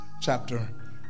chapter